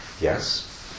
Yes